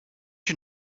you